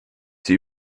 sie